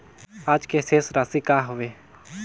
आज के शेष राशि का हवे?